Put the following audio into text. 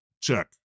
Check